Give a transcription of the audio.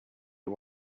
you